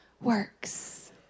works